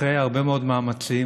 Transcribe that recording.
אחרי הרבה מאוד מאמצים